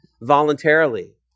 voluntarily